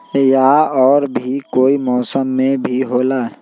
या और भी कोई मौसम मे भी होला?